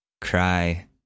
cry